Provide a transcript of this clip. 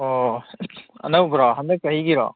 ꯑꯣ ꯑꯅꯧꯕꯔꯣ ꯍꯟꯗꯛ ꯆꯍꯤꯒꯤꯔꯣ